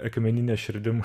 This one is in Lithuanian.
akmenine širdim